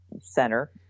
Center